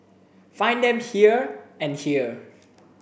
find them here and here